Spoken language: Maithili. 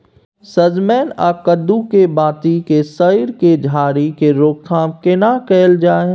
सजमैन आ कद्दू के बाती के सईर के झरि के रोकथाम केना कैल जाय?